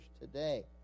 today